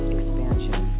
Expansion